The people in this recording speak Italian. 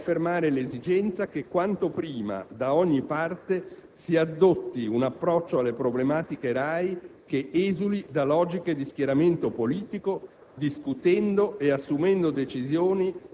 In conclusione, il Governo intende riaffermare l'esigenza che quanto prima, da ogni parte, si adotti un approccio alle problematiche RAI che esuli da logiche di schieramento politico,